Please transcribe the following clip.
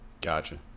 Gotcha